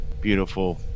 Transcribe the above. beautiful